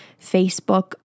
Facebook